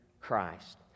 Christ